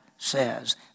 says